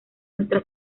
nuestra